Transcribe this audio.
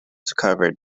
covered